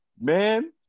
Man